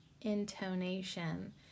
intonation